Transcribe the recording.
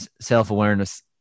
self-awareness